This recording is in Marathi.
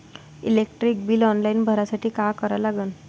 इलेक्ट्रिक बिल ऑनलाईन भरासाठी का करा लागन?